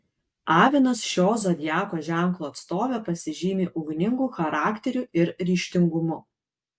avinas šio zodiako ženklo atstovė pasižymi ugningu charakteriu ir ryžtingumu